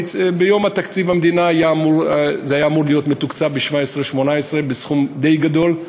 וביום תקציב המדינה זה היה אמור להיות מתוקצב ב-17'-18' בסכום די גדול.